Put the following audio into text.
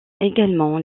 également